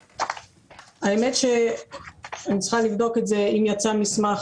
האמת שאני צריכה לבדוק אם יצא מסמך.